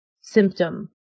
symptom